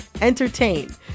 entertain